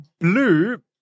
blue